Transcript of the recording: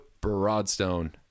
broadstone